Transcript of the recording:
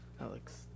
Alex